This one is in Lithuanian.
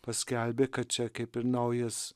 paskelbė kad čia kaip ir naujas